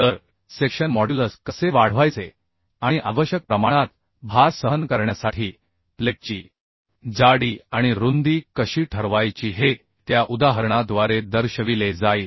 तर section modulus कसे वाढवायचे आणि आवश्यक प्रमाणात भार सहन करण्यासाठी प्लेटची जाडी आणि रुंदी कशी ठरवायची हे त्या उदाहरणाद्वारे दर्शविले जाईल